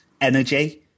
energy